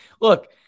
Look